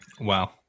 Wow